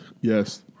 Yes